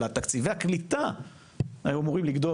אלא תקציבי הקליטה היו אמורים לגדול